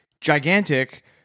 gigantic